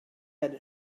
had